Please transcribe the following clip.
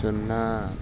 సున్నా